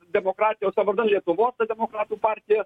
demokratijos ar vardan lietuvos demokratų partija